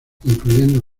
incluyendo